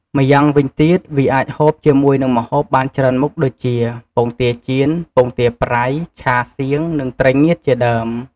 ម្យ៉ាងវិញទៀតវាអាចហូបជាមួយនិងម្ហូបបានច្រើនមុខដូចជា ពងទាចៀន ពងទាប្រៃ ឆាសៀង និងត្រីងៀតជាដើម។